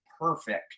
perfect